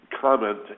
comment